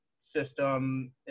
system